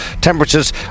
Temperatures